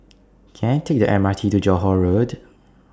Can I Take The M R T to Johore Road